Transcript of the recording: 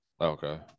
Okay